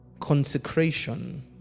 consecration